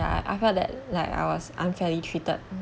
I I felt that like I was unfairly treated